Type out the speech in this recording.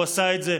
הוא עשה את זה,